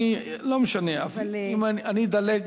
אדלג,